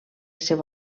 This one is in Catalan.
seu